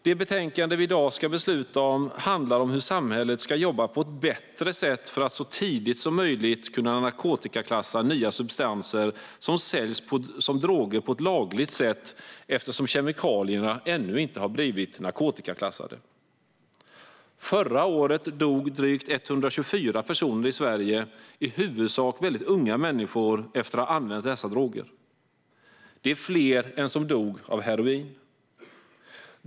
Det betänkande vi i dag debatterar handlar om hur samhället ska jobba på ett bättre sätt för att så tidigt som möjligt kunna narkotikaklassa nya substanser som säljs som droger på ett lagligt sätt eftersom kemikalierna ännu inte blivit narkotikaklassade. Förra året dog 124 personer i Sverige, i huvudsak unga människor, efter att ha använt dessa droger. Det är fler än de som dog av heroin.